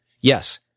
Yes